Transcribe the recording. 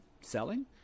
selling